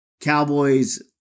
Cowboys